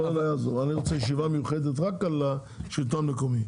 אני מבקש לקיים ישיבה מיוחדת רק על השלטון המקומי,